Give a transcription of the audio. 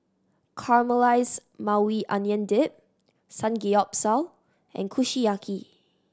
Caramelized Maui Onion Dip Samgeyopsal and Kushiyaki